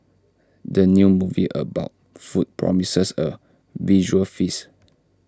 the new movie about food promises A visual feast